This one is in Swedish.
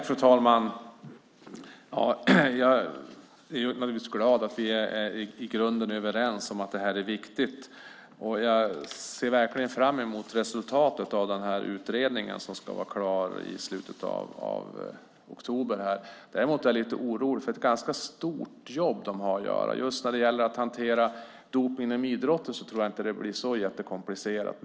Fru talman! Jag är naturligtvis glad över att vi i grunden är överens om att detta är viktigt. Jag ser verkligen fram emot resultatet av denna utredning som ska vara klar i slutet av oktober. Däremot är jag lite orolig eftersom det är ett ganska stort jobb som utredningen har att göra. Just när det gäller att hantera dopning inom idrotten tror jag inte att det blir så komplicerat.